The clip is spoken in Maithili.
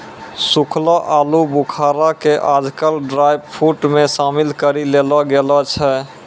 सूखलो आलूबुखारा कॅ आजकल ड्रायफ्रुट मॅ शामिल करी लेलो गेलो छै